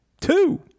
two